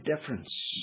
difference